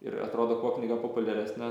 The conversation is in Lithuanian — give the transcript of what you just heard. ir atrodo kuo knyga populiaresnė